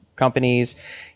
companies